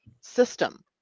system